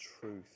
truth